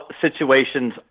situations